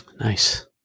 nice